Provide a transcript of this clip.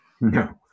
No